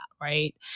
right